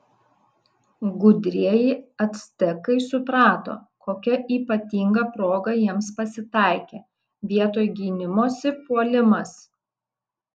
gudrieji actekai suprato kokia ypatinga proga jiems pasitaikė vietoj gynimosi puolimas